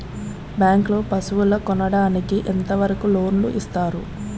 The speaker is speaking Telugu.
బ్యాంక్ లో పశువుల కొనడానికి ఎంత వరకు లోన్ లు ఇస్తారు?